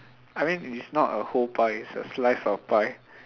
I mean it's not a whole pie it's a slice of pie